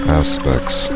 aspects